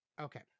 okay